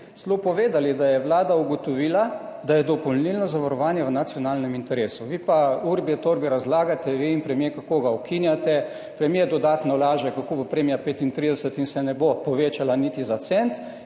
celo povedali, da je vlada ugotovila, da je dopolnilno zavarovanje v nacionalnem interesu. Vi pa urbi et orbi razlagate, vi in premier, kako ga ukinjate, premier dodatno laže, kako bo premija 35 evrov in se ne bo povečala niti za cent,